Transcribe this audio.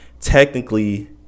technically